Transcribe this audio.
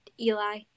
Eli